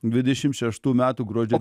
dvidešimt šeštų metų gruodžio